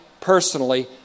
personally